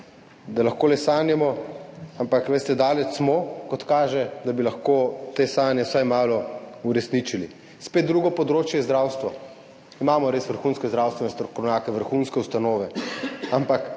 da lahko le sanjamo. Ampak veste, daleč smo, kot kaže, da bi lahko te sanje vsaj malo uresničili. Spet drugo področje je zdravstvo. Imamo res vrhunske zdravstvene strokovnjake, vrhunske ustanove, ampak